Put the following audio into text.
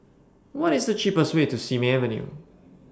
What IS The cheapest Way to Simei Avenue